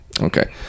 okay